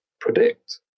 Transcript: predict